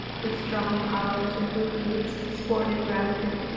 with strong collars of rubies, sported round him,